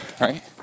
right